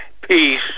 peace